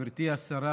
גברתי השרה,